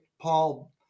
Paul